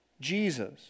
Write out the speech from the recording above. Jesus